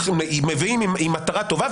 המטרה טובה,